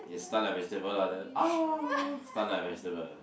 is stun like vegetable lah like ah stun like vegetable